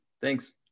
Thanks